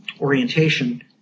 orientation